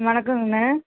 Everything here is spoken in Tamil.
வணக்கம்ண்ணே